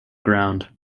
ground